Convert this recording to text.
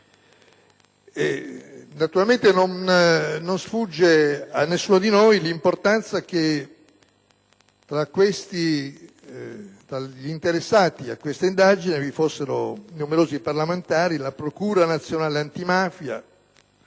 Naturalmente, non sfugge a nessuno di noi l'importanza che tra gli interessati a queste indagini vi fossero numerosi parlamentari, la Procura nazionale antimafia,